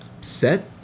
set